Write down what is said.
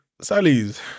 Sally's